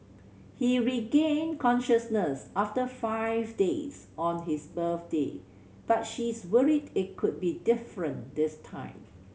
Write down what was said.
he regained consciousness after five days on his birthday but she is worried it could be different this time